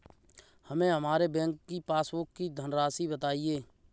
हमें हमारे बैंक की पासबुक की धन राशि बताइए